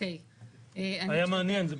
היה מעניין.